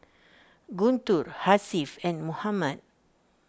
Guntur Hasif and Muhammad